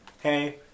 hey